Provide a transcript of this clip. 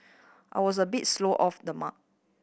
I was a bit slow off the mark